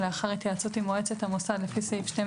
לאחר התייעצות עם מועצת המוסד לפי סעיף 12